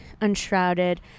unshrouded